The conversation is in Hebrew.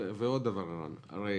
ועוד דבר ערן הרי